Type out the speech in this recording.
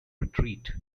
retreat